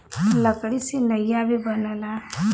लकड़ी से नइया भी बनला